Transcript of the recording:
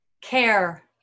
care